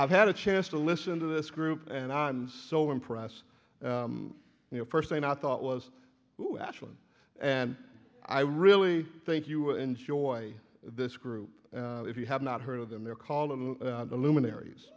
i've had a chance to listen to this group and i'm so impressed you know first thing i thought was who actually and i really think you would enjoy this group if you have not heard of them they're calling the luminaries